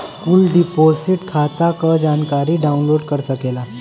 कुल डिपोसिट खाता क जानकारी डाउनलोड कर सकेला